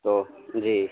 تو جی